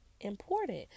important